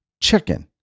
chicken